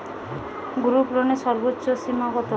গ্রুপলোনের সর্বোচ্চ সীমা কত?